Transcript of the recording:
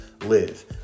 live